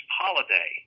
holiday